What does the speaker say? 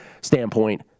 standpoint